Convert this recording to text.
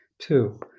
Two